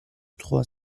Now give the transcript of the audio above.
trois